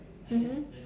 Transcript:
mmhmm